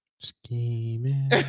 scheming